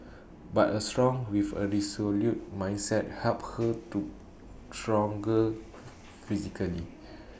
but A strong with A resolute mindset helped her to stronger physically